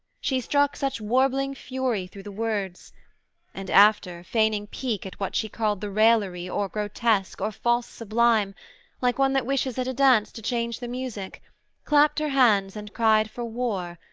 she struck such warbling fury through the words and, after, feigning pique at what she called the raillery, or grotesque, or false sublime like one that wishes at a dance to change the music clapt her hands and cried for war,